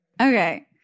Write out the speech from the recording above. okay